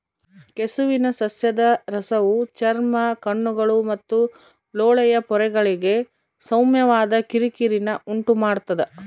ಕೆಸುವಿನ ಸಸ್ಯದ ರಸವು ಚರ್ಮ ಕಣ್ಣುಗಳು ಮತ್ತು ಲೋಳೆಯ ಪೊರೆಗಳಿಗೆ ಸೌಮ್ಯವಾದ ಕಿರಿಕಿರಿನ ಉಂಟುಮಾಡ್ತದ